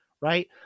right